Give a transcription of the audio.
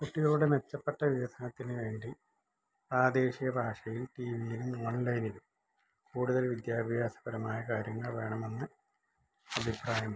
കുട്ടികളുടെ മെച്ചപ്പെട്ട വികസനത്തിന് വേണ്ടി പ്രാദേശിക ഭാഷയിൽ ടിവീലും ഓൺലൈനിലും കൂടുതൽ വിദ്യാഭ്യാസപരമായ കാര്യങ്ങൾ വേണമെന്ന് അഭിപ്രായം